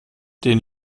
den